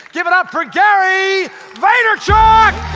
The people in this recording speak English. give it up for gary vaynerchuk.